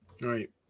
right